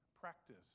practice